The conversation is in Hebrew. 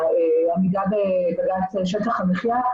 לעמידה בבג"צ שטח המחיה,